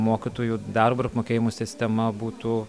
mokytojų darbo apmokėjimo sistema būtų